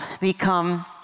become